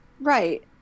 right